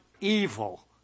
evil